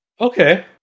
Okay